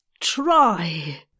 try